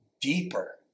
deeper